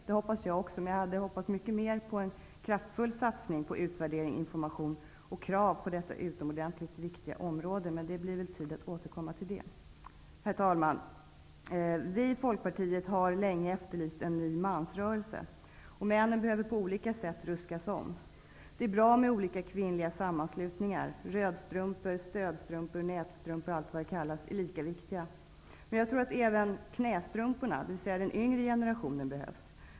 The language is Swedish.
Det hoppas också jag, men jag hade hoppats mycket mer på en kraftfull satsning på utvärdering, information och krav på detta utomordentligt viktiga område. Men det blir väl tid att återkomma till det. Herr talman! Vi i Folkpartiet har länge efterlyst en ny mansrörelse. Männen behöver på olika sätt ruskas om. Det är bra med olika kvinnliga sammanslutningar -- rödstrumpor, stödstrumpor, nätstrumpor osv. är lika viktiga -- men jag tror att även ''knästrumporna'', dvs. den yngre generationen, behövs.